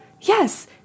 Yes